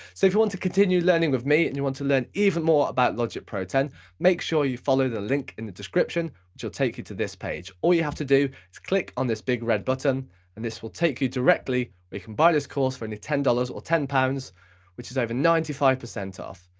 so if you want to continue learning with me and you want to learn even more about logic pro x make sure you follow the link in the description which will take you to this page. all you have to do is click on this big red button and this will take you directly where you can buy this course for and only ten dollars or ten pounds which is over ninety five percent off.